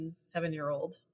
seven-year-old